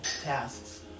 tasks